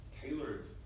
tailored